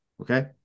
okay